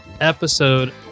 episode